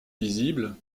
visible